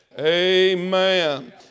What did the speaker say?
Amen